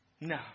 No